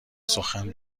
سخن